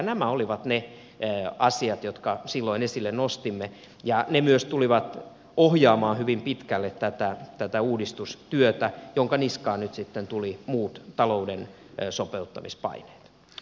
nämä olivat ne asiat jotka silloin esille nostimme ja ne myös tulivat ohjaamaan hyvin pitkälle tätä uudistustyötä jonka niskaan nyt sitten tulivat muut talouden sopeuttamispaineet